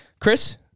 Chris